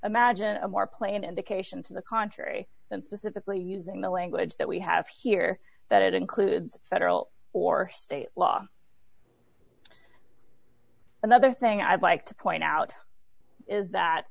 imagine a more plain indication to the contrary than specifically using the language that we have here that it includes federal or state law another thing i'd like to point out is that